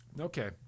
Okay